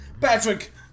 Patrick